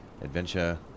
adventure